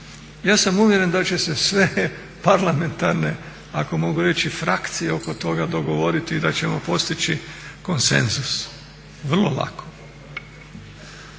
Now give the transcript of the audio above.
Ja sam uvjeren da će se sve parlamentarne ako mogu reći i frakcije oko toga dogovoriti i da ćemo postići konsenzus, vrlo lako.